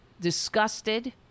disgusted